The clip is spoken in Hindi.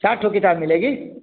चार ठो किताब मिलेगी